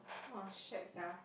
!wah! shag sia